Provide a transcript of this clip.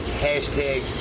hashtag